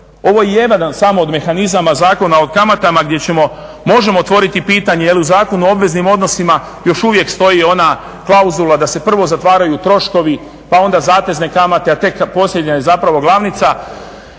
Ovo je jedan samo od mehanizama Zakona o kamatama gdje ćemo, možemo otvoriti pitanje je li u Zakonu o obveznim odnosima još uvijek stoji onda klauzula da se prvo zatvaraju troškovi, pa onda zatezne kamate a tek posljednja je zapravo glavnica.